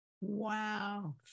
Wow